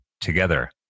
together